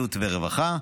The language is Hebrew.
בריאות ורווחה,